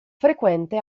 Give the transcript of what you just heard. frequente